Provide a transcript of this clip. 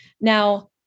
now